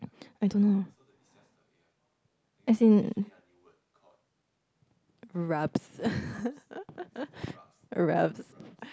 I don't know as in rubs rubs